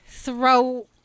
throw